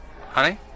Honey